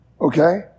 Okay